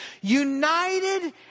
united